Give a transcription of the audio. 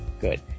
Good